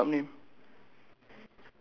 the what what's the pet shop name